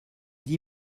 dix